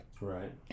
Right